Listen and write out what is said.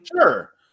Sure